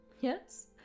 Yes